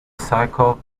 cycled